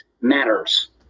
matters